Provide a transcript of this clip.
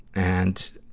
and